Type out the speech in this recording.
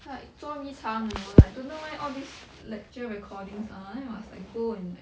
like 捉迷藏 you know like don't know where all these lecture recordings are then you must like go and like